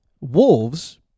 wolves